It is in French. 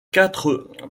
quatre